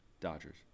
Dodgers